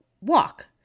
walk